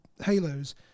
halos